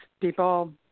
people